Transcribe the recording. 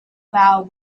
vow